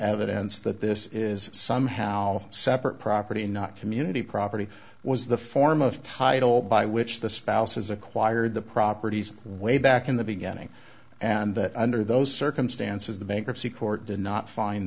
evidence that this is somehow separate property not community property was the form of title by which the spouses acquired the properties way back in the beginning and that under those circumstances the bankruptcy court did not find